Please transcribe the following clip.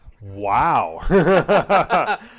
Wow